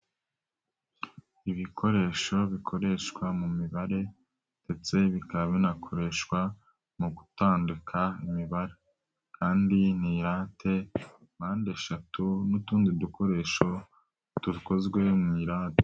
Ibikoresho bikoreshwa mu mibare ndetse bikaba binakoreshwa, mu gutandika imibare kandi ni irate, mpande eshatu n'utundi dukoresho, dukozwe mu iirate.